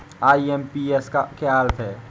IMPS का क्या अर्थ है?